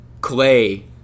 Clay